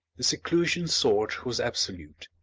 the seclusion sought was absolute.